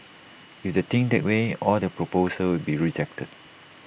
if they think that way all their proposals will be rejected